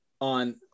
on